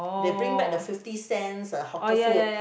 they bring back the fifty cents uh hawker food